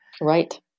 Right